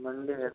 Monday है